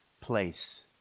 place